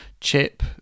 Chip